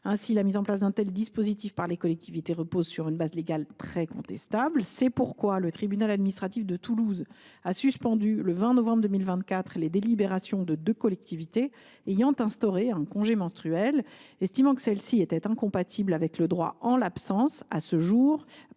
Ainsi, la mise en place d’un tel dispositif par les collectivités repose sur une base légale très contestable. C’est pourquoi le tribunal administratif de Toulouse a suspendu, le 20 novembre 2024, les délibérations de deux collectivités ayant instauré un congé menstruel, estimant que celles ci étaient incompatibles avec le droit, en l’absence, à ce jour,